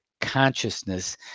consciousness